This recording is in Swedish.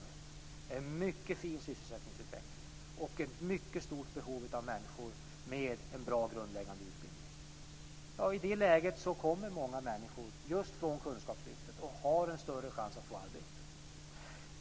Det är en mycket fin sysselsättningsutveckling, och det finns ett mycket stort behov av människor med en bra grundläggande utbildning. I det läget kommer många människor just från kunskapslyftet, och de har en större chans att få arbete.